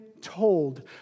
told